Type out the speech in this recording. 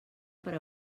per